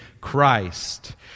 Christ